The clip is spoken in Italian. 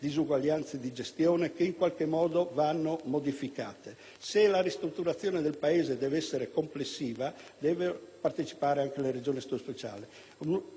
Se la ristrutturazione del Paese deve essere complessiva devono partecipare anche le Regioni a Statuto speciale.